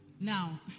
Now